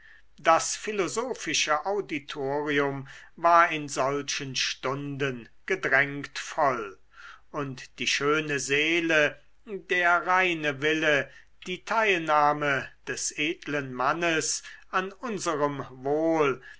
das philosophische auditorium war in solchen stunden gedrängt voll und die schöne seele der reine wille die teilnahme des edlen mannes an unserem wohl